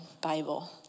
Bible